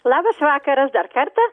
labas vakaras dar kartą